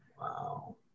Wow